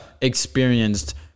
experienced